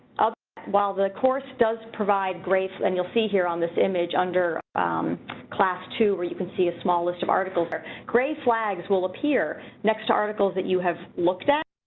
up while the course does provide grace and you'll see here on this image under class two, where you can see a small list of articles are gray flags will appear next articles that you have looked at,